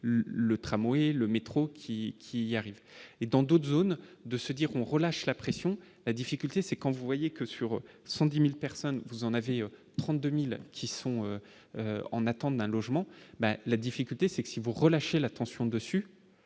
le tramway et le métro qui qui arrive et dans d'autres zones de se dire on relâche la pression, la difficulté c'est quand vous voyez que sur 110000 personnes, vous en avez 30 2000, qui sont en attente d'un logement, mais la difficulté c'est que si vous relâcher l'attention dessus